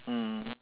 mm